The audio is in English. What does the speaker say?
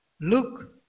Look